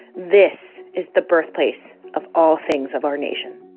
this is the birthplace of all things of our nation